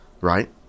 right